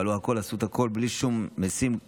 עשו הכול בלי שום משים,